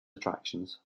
attractions